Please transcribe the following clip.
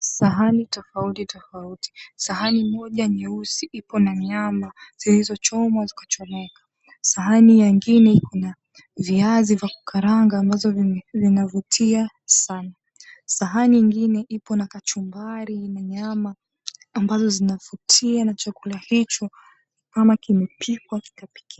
Sahani tofauti tofauti. Sahani moja nyeusi iko na nyama zilizochomwa zikachomeka. Sahani nyengine kuna viazi vya kukaranga ambazo zinavutia sana. Sahani ingine ipo na kachumbari na nyama ambazo zinavutia na chakula hicho ni kama kimepikwa kikapikika.